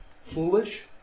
foolish